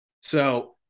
So-